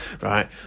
Right